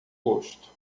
gosto